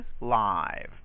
live